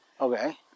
Okay